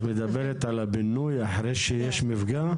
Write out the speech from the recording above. את מדברת על הפינוי אחרי שיש מפגע?